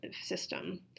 system